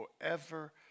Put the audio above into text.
forever